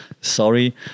sorry